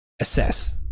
assess